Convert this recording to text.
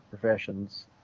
professions